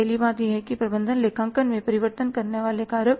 पहली बात यह है कि प्रबंधन लेखांकन में परिवर्तन करने वाले कारक